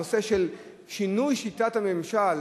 הנושא של שינוי שיטת הממשל.